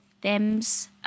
thems